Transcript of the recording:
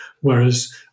whereas